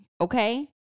okay